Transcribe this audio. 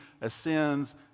ascends